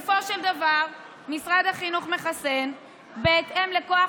בסופו של דבר משרד החינוך מחסן בהתאם לכוח